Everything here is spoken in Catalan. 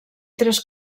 tres